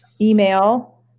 Email